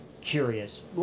curious